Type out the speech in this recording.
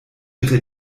ihre